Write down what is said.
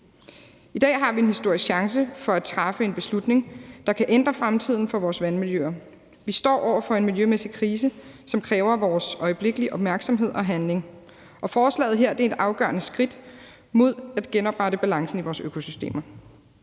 I dag har vi en historisk chance for at træffe en beslutning, der kan ændre fremtiden for vores vandmiljøer. Vi står over for en miljømæssig krise, som kræver vores øjeblikkelige opmærksomhed og handling. Forslaget her er et afgørende skridt mod at genoprette balancen i vores økosystemer.